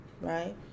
right